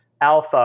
alpha